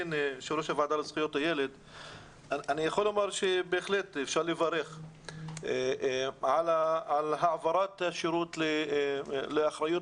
אני יכול לומר שבהחלט אפשר לברך על העברת השירות לאחריות